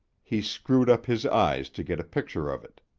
he screwed up his eyes to get a picture of it.